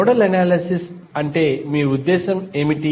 nodal analysis అంటే మీ ఉద్దేశ్యం ఏమిటి